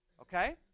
Okay